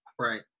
Right